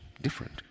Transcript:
different